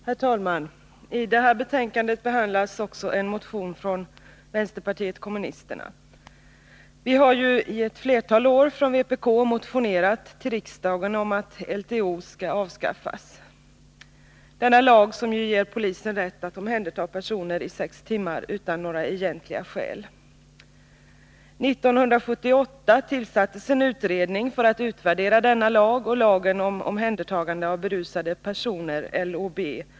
Herr talman! I detta betänkande behandlas också en motion från kommunisterna. Vi har i ett flertal år motionerat från vpk i riksdagen om att LTO skall avskaffas — den lag som ger polisen rätt att omhänderta personer i sex timmar utan några egentliga skäl. 1978 tillsattes en utredning för att utvärdera denna lag och lagen om omhändertagande av berusade personer, LOB.